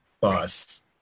bus